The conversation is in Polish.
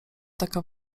taka